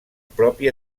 propi